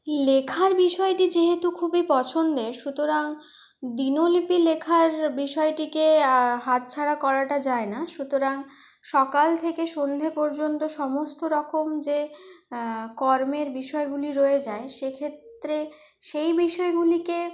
লেখার বিষয়টি যেহেতু খুবই পছন্দের সুতরাং দিনলিপি লেখার বিষয়টিকে হাতছাড়া করাটা যায় না সুতরাং সকাল থেকে সন্ধ্যে পর্যন্ত সমস্ত রকম যে কর্মের বিষয়গুলি রয়ে যায় সেক্ষেত্রে সেই বিষয়গুলিকে